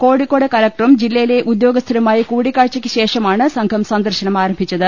കോഴിക്കോട് കലക്ടറും ജില്ലയിലെ ഉദ്യോഗസ്ഥരുമായി കൂടിക്കാഴ്ചക്ക് ശേഷമാണ് സംഘം സന്ദർശനം ആരംഭിച്ചത്